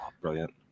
Brilliant